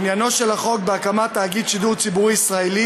עניינו של החוק בהקמת תאגיד שידור ציבורי ישראלי